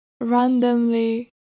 randomly